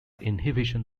inhibition